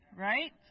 right